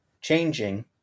changing